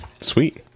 sweet